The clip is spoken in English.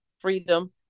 freedom